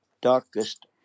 darkest